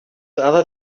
other